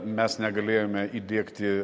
mes negalėjome įdiegti